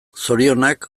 zorionak